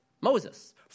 Moses